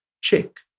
check